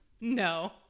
No